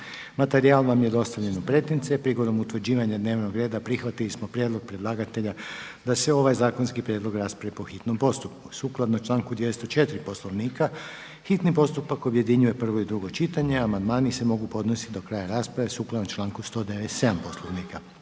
Materijal vam je dostavljen u pretince. Prigodom utvrđivanja dnevnog reda prihvatili smo prijedlog predlagatelja da se ovaj zakonski prijedlog raspravi po hitnom postupku. Sukladno članku 204. Poslovnika hitni postupak objedinjuje prvo i drugo čitanje. Amandmani se mogu podnositi do kraja rasprave sukladno članku 197. Poslovnika.